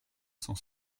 cent